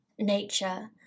nature